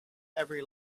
every